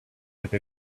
like